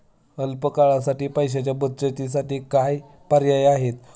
अल्प काळासाठी पैशाच्या बचतीसाठी काय पर्याय आहेत?